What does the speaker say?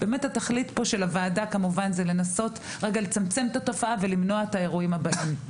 התכלית של הוועדה זה לנסות לצמצם את התופעה ולמנוע את האירועים הבאים.